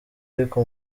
ariko